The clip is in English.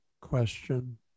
question